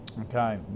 okay